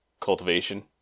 cultivation